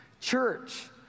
church